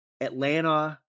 Atlanta